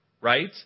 right